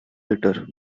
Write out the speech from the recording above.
later